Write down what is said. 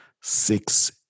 six